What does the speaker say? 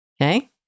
Okay